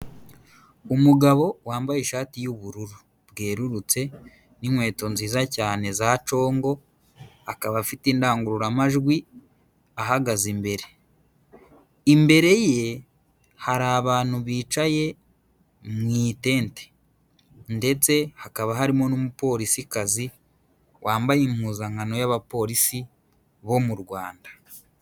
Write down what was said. Umugabo wambaye ishati y'ubururu bwerurutse n'inkweto nziza cyane za congo, akaba afite indangururamajwi ahagaze imbere, imbere ye hari abantu bicaye mu itente ndetse hakaba harimo n'umupolisikazi wambaye impuzankano y'abapolisi bo mu Rwanda.